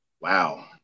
Wow